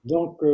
Donc